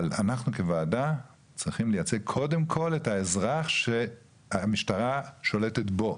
אבל אנחנו כוועדה צריכים לייצג קודם כל את האזרח שהמשטרה שולטת בו.